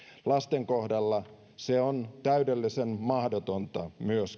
lasten kohdalla se on myöskin täydellisen mahdotonta